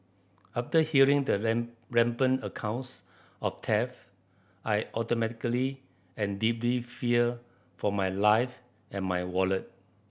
after hearing the rampant accounts of theft I automatically and deeply feared for my life and my wallet